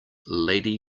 lady